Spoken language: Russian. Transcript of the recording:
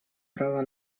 право